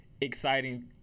exciting